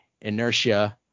inertia